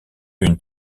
une